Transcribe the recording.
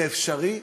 זה אפשרי,